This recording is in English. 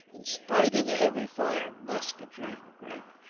in spite of the heavy fire of musketry and grape.